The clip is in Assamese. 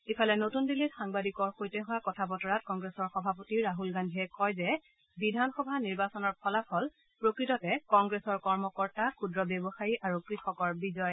ইফালে নতুন দিল্লীত সাংবাদিকৰ সৈতে হোৱা কথা বতৰাত কংগ্ৰেছৰ সভাপতি ৰাহুল গান্ধীয়ে কয় যে কৈছে যে বিধানসভা নিৰ্বাচনৰ ফলাফল প্ৰকৃততে কংগ্ৰেছৰ কৰ্মকৰ্তা ক্ষুদ্ৰ ব্যৱসায় আৰু কৃষকৰ বিজয়